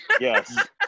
Yes